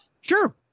Sure